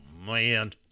man